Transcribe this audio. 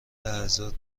لحظات